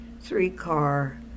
three-car